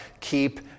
keep